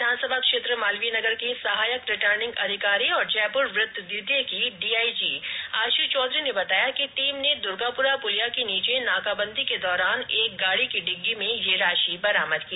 विधानसभा क्षेत्र मालवीय नगर के सहायक रिटर्निंग अधिकारी और जयपूर वृत्त द्वितीय की डीआईजी स्टाम्प आश चौधरी ने बताया कि टीम ने दुर्गापुरा पुलिया के नीचे नाकाबंदी के दौरान एक गाडी की डिग्गी में यह राशि बरामद की